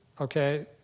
okay